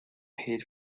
hit